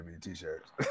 t-shirts